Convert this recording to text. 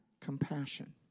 compassion